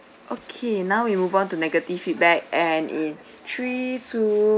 okay now we move on to negative feedback and in three two